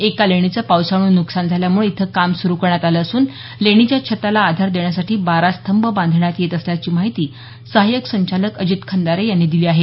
एका लेणीचं पावसामुळं नुकसान झाल्यामुळे इथं काम सुरू करण्यात आलं असून लेणीच्या छताला आधार देण्यासाठी बारा स्तंभ बांधण्यात येत असल्याची माहिती सहायक संचालक अजित खंदारे यांनी दिली आहे